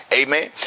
Amen